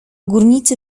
górnicy